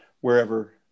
wherever